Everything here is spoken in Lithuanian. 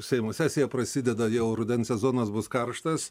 seimo sesija prasideda jau rudens sezonas bus karštas